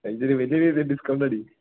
വലിയൊരു വലിയ രീതിയില് ഡിസ്കൗണ്ട് അടി